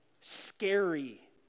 scary